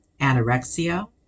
anorexia